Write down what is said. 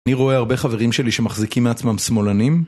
אני רואה הרבה חברים שלי שמחזיקים מעצמם שמאלנים